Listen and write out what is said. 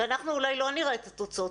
אנחנו אולי לא נראה את התוצאות,